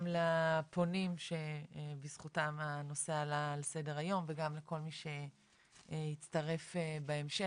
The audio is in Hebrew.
גם לפונים שבזכותם הנושא עלה על סדר היום וגם לכל מי שיצטרף בהמשך,